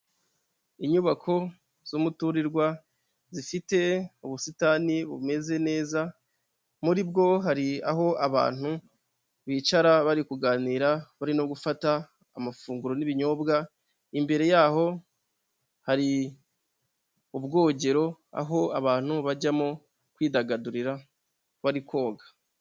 Inyubako z'umuturirwa zifite ubusitani bumeze neza, muri bwo hari aho abantu bicara bari kuganira bari no gufata amafunguro n'ibinyobwa, imbere yaho hari ubwogero aho abantu bajyamo kwidagadurira bari koga.